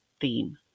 theme